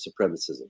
supremacism